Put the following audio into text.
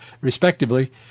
respectively